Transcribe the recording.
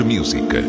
Music